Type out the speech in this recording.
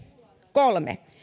kolme